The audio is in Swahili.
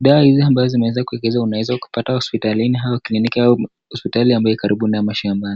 Dawa hizi ambazo zimeweza kuwekezwa unaweza kupata hospitalini au kliniki au hospitali ambayo iko karibu na mashambani.